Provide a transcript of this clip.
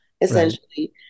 essentially